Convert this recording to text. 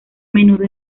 menudo